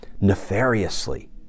nefariously